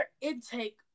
intake